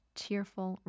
cheerful